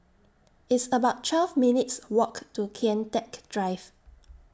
It's about twelve minutes' Walk to Kian Teck Drive